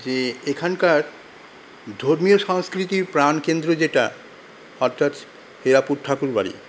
যে এখানকার ধর্মীয় সংস্কৃতির প্রাণকেন্দ্র যেটা অর্থাৎ হেরাপুর ঠাকুর বাড়ি